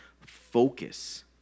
focus